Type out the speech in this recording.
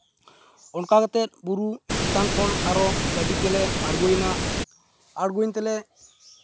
ᱚᱱᱠᱟ ᱠᱟᱛᱮᱜ ᱵᱩᱨᱩ ᱪᱮᱛᱟᱱ ᱠᱷᱚᱱ ᱟᱨᱚ ᱜᱟᱹᱰᱤ ᱛᱮᱞᱮ ᱟᱬᱜᱳᱭᱮᱱᱟ ᱟᱬᱜᱚᱭᱮᱱ ᱛᱮᱞᱮ